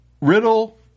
Riddle